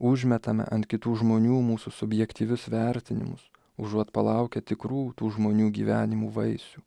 užmetame ant kitų žmonių mūsų subjektyvius vertinimus užuot palaukę tikrų tų žmonių gyvenimo vaisių